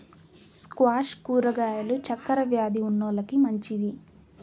squash కూరగాయలు చక్కర వ్యాది ఉన్నోలకి మంచివి